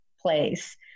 place